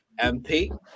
MP